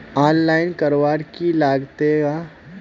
Online करवार की लगते वा?